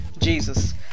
Jesus